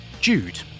Jude